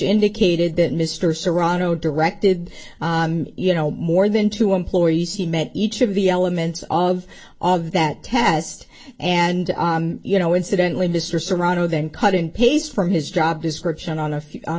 indicated that mr serrano directed you know more than two employees he met each of the elements of all of that test and you know incidentally mr serrano then cut and paste from his job description on a